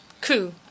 coup